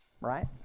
Right